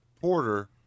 Porter